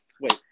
Wait